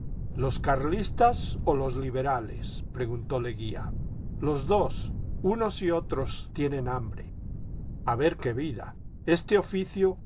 los carlistas o los liberales preguntó leguía los dos unos y otros tienen hambre ja ver qué vida este oñcio